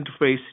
interface